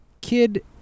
kid